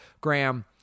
Graham